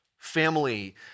family